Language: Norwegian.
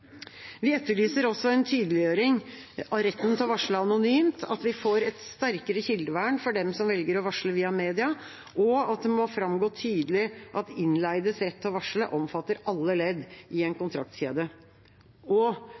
Vi etterlyser også en tydeliggjøring av retten til å varsle anonymt, at vi får et sterkere kildevern for dem som velger å varsle via media, og at det må framgå tydelig at innleides rett til å varsle omfatter alle ledd i en